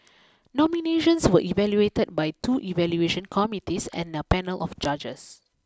nominations were evaluated by two evaluation committees and a panel of judges